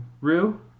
Rue